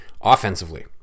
Offensively